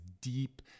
deep